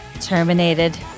Terminated